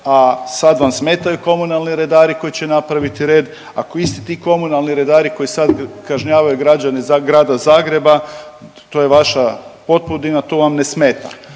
a sad vam smetaju komunalni redari koji će napraviti red, a isti ti komunalni redari koji sad kažnjavaju građane grada Zagreba to je vaša … tu vam ne sveta